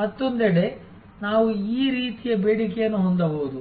ಮತ್ತೊಂದೆಡೆ ನಾವು ಈ ರೀತಿಯ ಬೇಡಿಕೆಯನ್ನು ಹೊಂದಬಹುದು